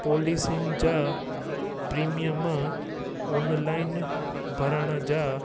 पॉलिसिनि जा premium online भरण जा